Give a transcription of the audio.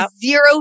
zero